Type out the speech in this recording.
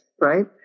right